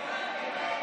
חוק עבודת